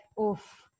oof